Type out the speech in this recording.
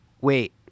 Wait